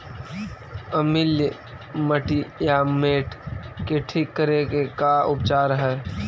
अमलिय मटियामेट के ठिक करे के का उपचार है?